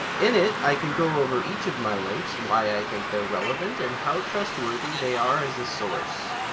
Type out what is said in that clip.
in it, i can go over each of my links, why i think they're relevant, and how trustworthy they are as a source.